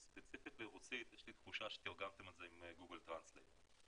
אז ספציפית לרוסית יש לי תחושה שתרגמתם את זה עם גוגל טרנסלייט.